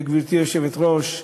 גברתי היושבת-ראש,